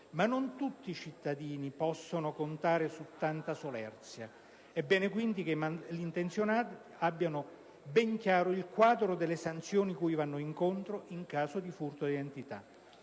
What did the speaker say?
Ma non tutti i cittadini possono contare su tanta solerzia. È bene quindi che i malintenzionati abbiano ben chiaro il quadro delle sanzioni cui vanno incontro in caso di furto di identità,